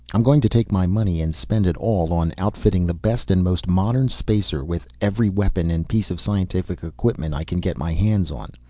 i'm going to take my money and spend it all on outfitting the best and most modern spacer, with every weapon and piece of scientific equipment i can get my hands on.